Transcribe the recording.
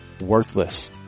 worthless